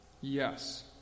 Yes